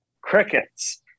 crickets